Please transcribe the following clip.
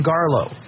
Garlow